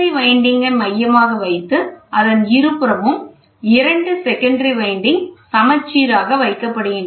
primary winding ஐ மையமாக வைத்து அதன் இருபுறமும் இரண்டு செகண்டரி வைண்டிங் சமச்சீராக வைக்கப்படுகின்றன